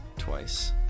twice